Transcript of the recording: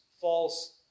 false